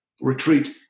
Retreat